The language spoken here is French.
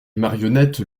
marionnettes